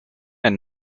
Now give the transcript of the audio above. and